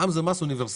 מע"מ זה מס אוניברסלי.